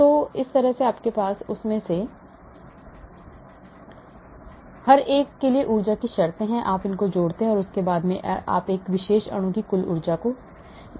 तो आपके पास उनमें से हर एक के लिए ऊर्जा की शर्तें हैं आप जोड़ते हैं और फिर आपको इस विशेष अणु की कुल ऊर्जा मिलती है